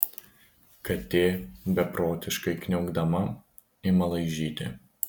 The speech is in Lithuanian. katė beprotiškai kniaukdama ima laižyti